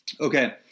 Okay